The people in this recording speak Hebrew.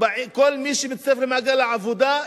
כל מי שמצטרף למעגל העבודה,